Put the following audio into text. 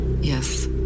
Yes